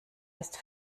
ist